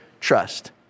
trust